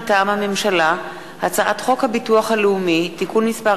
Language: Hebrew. מטעם הממשלה: הצעת חוק הביטוח הלאומי (תיקון מס'